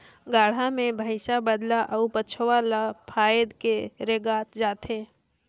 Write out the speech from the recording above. गाड़ा मे भइसा बइला अउ बछवा ल फाएद के रेगाल जाथे